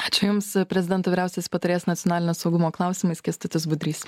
ačiū jums prezidento vyriausias patarėjas nacionalinio saugumo klausimais kęstutis budrys